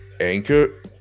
Anchor